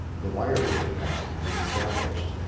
the wireless connection is established.